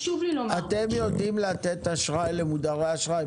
אתם יודעים לתת אשראי למודרי אשראי?